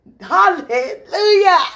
Hallelujah